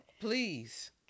please